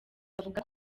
avuga